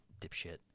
Dipshit